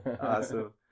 Awesome